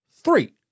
Three